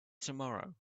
tomorrow